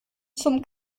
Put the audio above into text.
zum